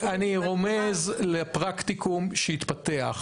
אני רומז לפרקטיקום שיתפתח.